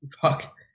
Fuck